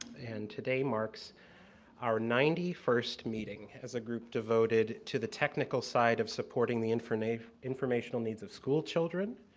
and, today marks our ninety first meeting as a group devoted to the technical side of supporting the informational informational needs of school children,